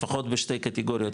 לפחות בשתי קטיגוריות,